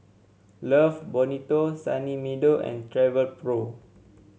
Love Bonito Sunny Meadow and Travelpro